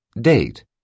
Date